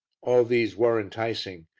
all these were enticing,